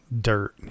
dirt